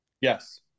yes